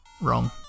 wrong